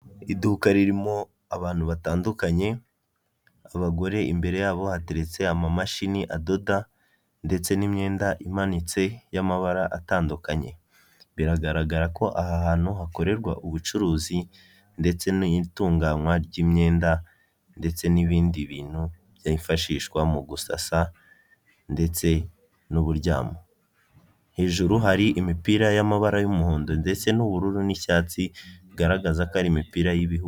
Iduka ririmo abantu batandukanye abagore imbere yabo hateretse amamashini adoda ndetse n'imyenda imanitse y'amabara atandukanye biragaragara ko aha hantu hakorerwa ubucuruzi ndetse n'itunganywa ry'imyenda ndetse n'ibindi bintu byifashishwa mu gusasa ndetse n'uburyamo hejuru hari imipira y'amabara y'umuhondo ndetse n'ubururu n'icyatsi bigaragaza ko ari imipira y'ibihugu.